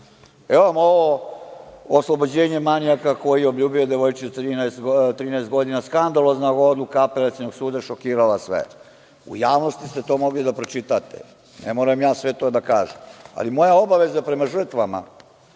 vam ovo - oslobođenje manijaka koji obljubljuje devojčicu od 13 godina, skandalozna odluka Apelacionog suda šokirala sve. U javnosti ste to mogli da pročitate, ne moram ja sve to da kažem, ali moja je obaveza prema žrtvama,